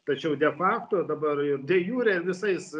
tačiau de facto dabar ir de jure visais